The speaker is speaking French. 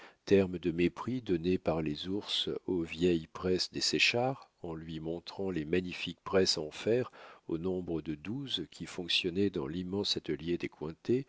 terme de mépris donné par les ours aux vieilles presses des séchard en lui montrant les magnifiques presses en fer au nombre de douze qui fonctionnaient dans l'immense atelier